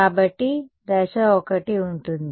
కాబట్టి దశ 1 ఉంటుంది